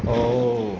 oh